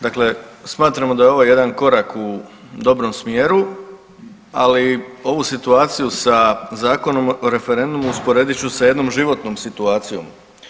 Dakle, smatramo da je ovo jedan korak u dobrom smjeru, ali ovu situaciju sa Zakonu o referendumu usporedit ću sa jednom životnom situacijom.